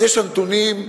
אז יש נתונים על,